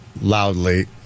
loudly